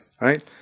Right